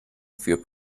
für